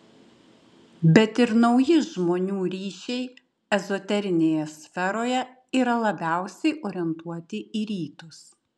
bet ir nauji žmonių ryšiai ezoterinėje sferoje yra labiausiai orientuoti į rytus